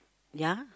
ya